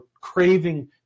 craving